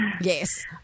Yes